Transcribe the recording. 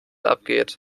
abgeht